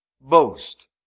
boast